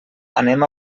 anem